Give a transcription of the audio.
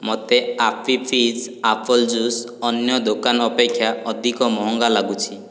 ମୋତେ Appy Fizz apple juice ଅନ୍ୟ ଦୋକାନ ଅପେକ୍ଷା ଅଧିକ ମହଙ୍ଗା ଲାଗୁଛି